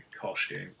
costume